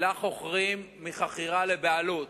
לחוכרים מחכירה לבעלות.